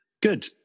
Good